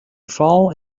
fall